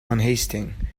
unhasting